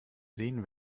sehen